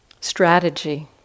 strategy